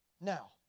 Now